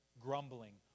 grumbling